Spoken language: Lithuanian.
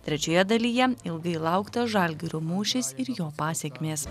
trečioje dalyje ilgai lauktas žalgirio mūšis ir jo pasekmės